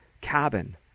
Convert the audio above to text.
cabin